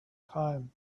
time